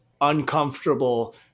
uncomfortable